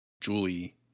Julie